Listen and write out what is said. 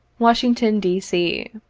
washington, d. c.